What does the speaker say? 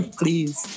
please